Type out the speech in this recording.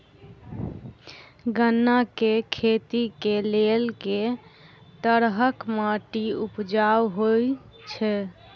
गन्ना केँ खेती केँ लेल केँ तरहक माटि उपजाउ होइ छै?